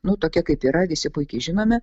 nu tokia kaip yra visi puikiai žinome